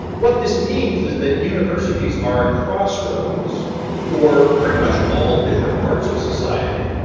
what this means is that universities are crossroads for pretty much all different parts of society,